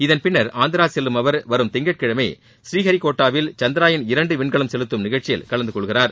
இதன் பின்னர் ஆந்திரா செல்லும் அவர் வரும் திங்கட்கிழமை ஸ்ரீஹரினோட்டாவில் சந்திரயான் இரண்டு விண்கலம் செலுத்தும் நிகழ்ச்சியில் கலந்துகொள்கிறார்